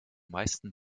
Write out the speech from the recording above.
meisten